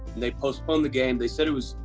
they postponed the game. they said it was,